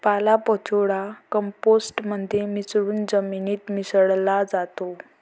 पालापाचोळा कंपोस्ट मध्ये मिसळून जमिनीत मिसळला जातो